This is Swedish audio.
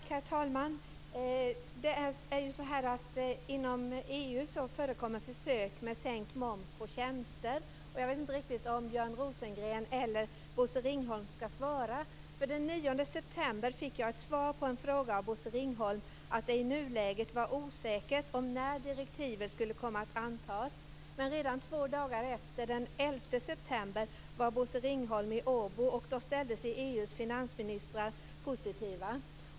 Herr talman! Inom EU förekommer ju försök med sänkt moms på tjänster. Jag vet inte riktigt om det är Björn Rosengren eller Bosse Ringholm som ska svara. Men den 9 september fick jag av Bosse Ringholm beskedet, som svar på en fråga, att det i nuläget var osäkert när direktivet skulle komma att antas. Men redan två dagar senare, den 11 september, var Bosse Ringholm i Åbo och då ställde sig EU:s finansministrar positiva.